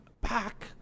back